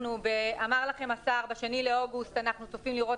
אמר לכם השר שב-2 באוגוסט אנחנו צופים לראות